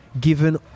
given